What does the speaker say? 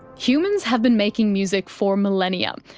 humans have been making music for millennia,